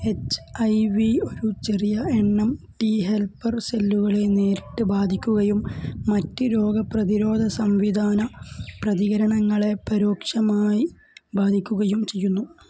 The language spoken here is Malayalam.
എച്ച് ഐ വി ഒരു ചെറിയ എണ്ണം ടി ഹെൽപ്പർ സെല്ലുകളെ നേരിട്ട് ബാധിക്കുകയും മറ്റ് രോഗപ്രതിരോധ സംവിധാന പ്രതികരണങ്ങളെ പരോക്ഷമായി ബാധിക്കുകയും ചെയ്യുന്നു